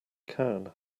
can